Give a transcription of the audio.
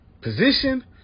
position